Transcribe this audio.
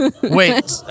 Wait